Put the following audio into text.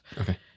Okay